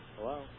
Hello